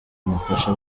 ubufasha